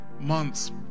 months